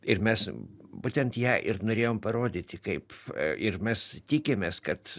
ir mes būtent ją ir norėjome parodyti kaip ir mes tikimės kad